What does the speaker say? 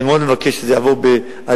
אני מבקש לזרז את הנושא,